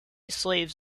slaves